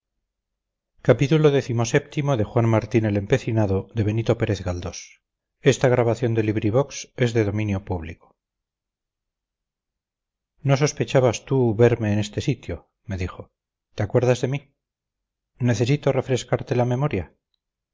elegancia no sospechabas tú verme en este sitio me dijo te acuerdas de mí necesito refrescarte la memoria